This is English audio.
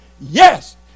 Yes